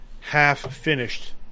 half-finished